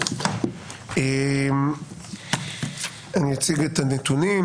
אני אציג את הנתונים,